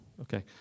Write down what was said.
Okay